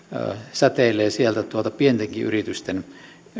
säteilee sieltä pientenkin yritysten